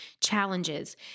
challenges